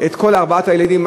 כל ארבעת הילדים,